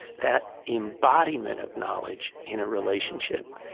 that embodiment of knowledge in a relationship.